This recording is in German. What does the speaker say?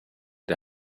der